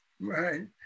Right